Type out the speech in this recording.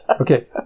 Okay